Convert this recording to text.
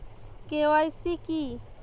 KYC কি?